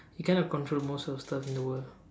you kind of control most of stuff in the world